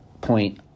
point